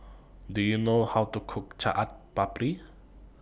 Do YOU know How to Cook Chaat Papri